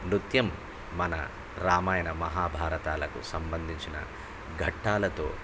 నృత్యం మన రామాయణ మహాభారతాలకు సంబంధించిన ఘట్టాలతో